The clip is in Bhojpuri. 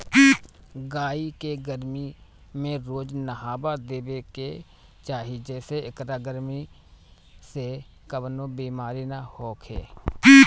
गाई के गरमी में रोज नहावा देवे के चाही जेसे एकरा गरमी से कवनो बेमारी ना होखे